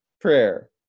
Prayer